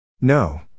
No